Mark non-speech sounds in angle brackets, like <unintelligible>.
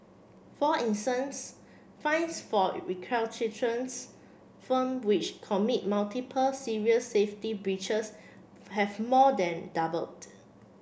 for instance fines for <unintelligible> firm which commit multiple serious safety breaches have more than doubled